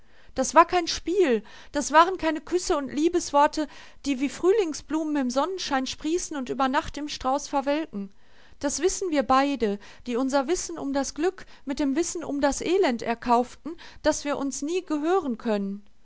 das war kein spiel das waren keine küsse und liebesworte die wie frühlingsblumen im sonnenschein sprießen und über nacht im strauß verwelken das wissen wir beide die unser wissen um das glück mit dem wissen um das elend erkauften daß wir uns nie gehören können